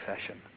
session